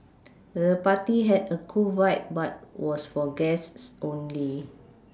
the party had a cool vibe but was for guests only